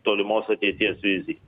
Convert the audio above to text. tolimos ateities vizij